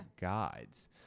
guides